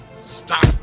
Stop